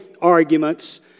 arguments